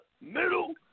middle